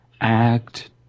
Act